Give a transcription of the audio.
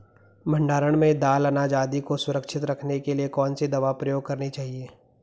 भण्डारण में दाल अनाज आदि को सुरक्षित रखने के लिए कौन सी दवा प्रयोग करनी चाहिए?